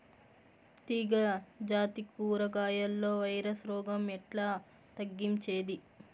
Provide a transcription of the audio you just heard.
తీగ జాతి కూరగాయల్లో వైరస్ రోగం ఎట్లా తగ్గించేది?